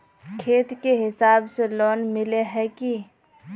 खेत के हिसाब से लोन मिले है की?